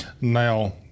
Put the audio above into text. Now